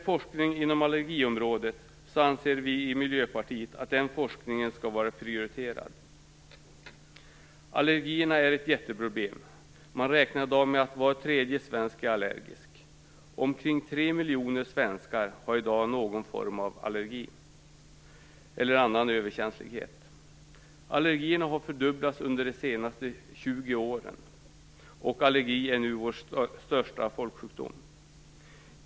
Vi i Miljöpartiet anser att forskningen inom allergiområdet skall vara prioriterad. Allergierna är ett jätteproblem. Man räknar i dag med att var tredje svensk är allergisk. Omkring tre miljoner svenskar har i dag någon form av allergi eller annan överkänslighet. Allergierna har fördubblats under de senaste 20 åren, och allergi är nu vår största folksjukdom.